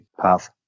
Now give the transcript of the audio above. path